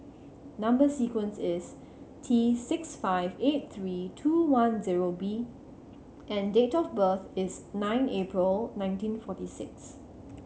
number sequence is T six five eight three two one zero B and date of birth is nine April nineteen forty six